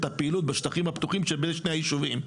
הפעילות בשטחים הפתוחים שבין שני היישובים,